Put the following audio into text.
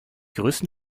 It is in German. größten